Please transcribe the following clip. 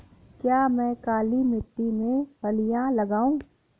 क्या मैं काली मिट्टी में फलियां लगाऊँ?